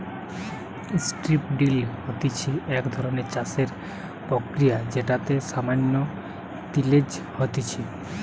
strip drill হতিছে এক ধরণের চাষের প্রক্রিয়া যেটাতে সামান্য তিলেজ হতিছে